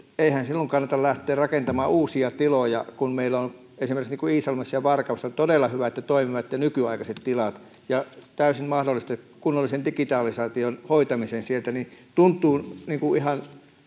eihän silloin kannata lähteä rakentamaan uusia tiloja kun meillä on niin kuin esimerkiksi iisalmessa ja varkaudessa todella hyvät toimivat ja nykyaikaiset tilat ja täydet mahdollisuudet kunnollisen digitalisaation hoitamiseen sieltä tuntuu ihan